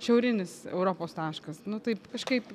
šiaurinis europos taškas nu taip kažkaip